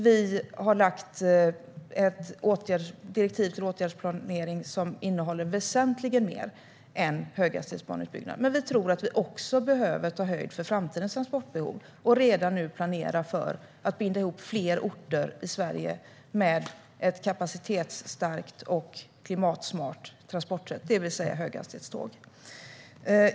Vi har lagt ett direktiv till åtgärdsplanering som innehåller väsentligen mer än höghastighetsbaneutbyggnad, men vi tror att vi också behöver ta höjd för framtidens transportbehov och redan nu planera för att binda ihop fler orter i Sverige med ett kapacitetsstarkt och klimatstarkt transportsätt, det vill säga höghastighetståg.